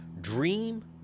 dream